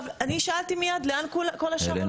אני שאלתי מייד לאן כל השאר הולכים.